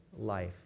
life